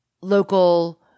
local